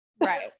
Right